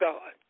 God